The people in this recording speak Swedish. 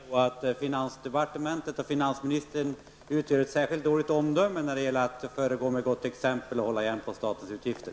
Herr talman! Låt mig då bara konstatera att finansdepartementet och finansministern inte föregår med särskilt gott exempel när det gäller att hålla igen med statens utgifter.